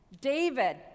David